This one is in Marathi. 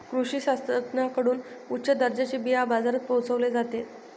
कृषी शास्त्रज्ञांकडून उच्च दर्जाचे बिया बाजारात पोहोचवले जाते